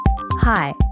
Hi